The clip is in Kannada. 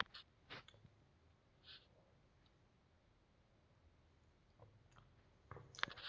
ಲೊನ್ ಪೆಮೆನ್ಟ್ ನ್ನ ಅದರ್ ಟೈಮ್ದಾಗ್ ಕಟ್ಲಿಲ್ಲಂದ್ರ ಬಡ್ಡಿ ಜಾಸ್ತಿಅಕ್ಕೊತ್ ಹೊಕ್ಕೇತಿ